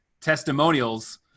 testimonials